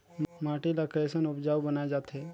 माटी ला कैसन उपजाऊ बनाय जाथे?